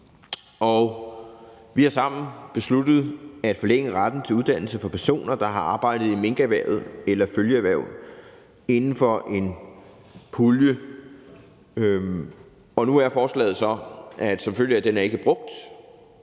Og vi har sammen besluttet at forlænge retten til uddannelse for personer, der har arbejdet i minkerhvervet eller følgeerhverv, inden for en pulje. Og nu er forslaget så – som følge af, at den ikke er brugt,